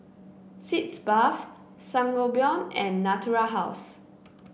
Sitz Bath Sangobion and Natura House